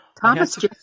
Thomas